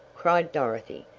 cried dorothy,